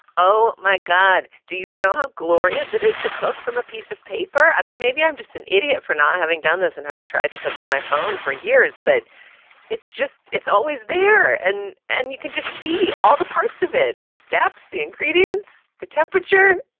oh my god. do you know how glorious it is to cook from a piece of paper? i mean, maybe i'm just an idiot for not having done this and having tried to cook for my phone for years but it's just it's always there. and and you can just see all the parts of it, the steps, the ingredients, the temperature.